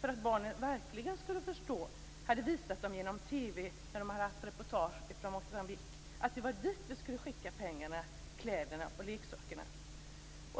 För att barnen verkligen skulle förstå hade jag som den ivriga modern, visat dem genom TV när de haft reportage från Moçambique att det var dit vi skulle skicka pengarna, kläderna och leksakerna.